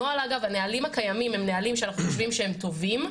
הנהלים הקיימים הם נהלים שאנחנו חושבים שהם טובים.